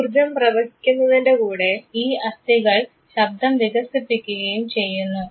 ഊർജ്ജം പ്രവഹിക്കുന്നതിൻറെ കൂടെ ഈ അസ്ഥികൾ ശബ്ദം വികസിപ്പിക്കുകയും ചെയ്യുന്നു